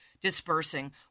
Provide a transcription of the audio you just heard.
dispersing